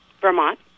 Vermont